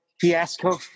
Fiasco